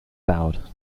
bowed